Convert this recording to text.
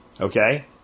Okay